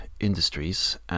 Industries